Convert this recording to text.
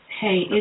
Hey